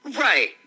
Right